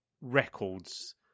records